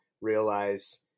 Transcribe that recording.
realize